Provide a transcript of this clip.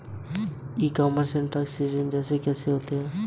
ई commerce में transaction कैसे होता है?